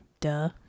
Duh